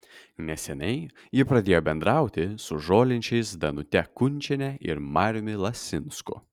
neseniai ji pradėjo bendrauti su žolinčiais danute kunčiene ir mariumi lasinsku